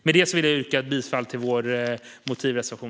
Med det vill jag yrka bifall till vår motivreservation.